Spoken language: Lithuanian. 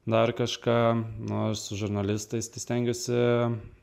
dar kažką nors su žurnalistais tai stengiuosi